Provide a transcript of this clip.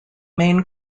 main